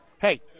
Hey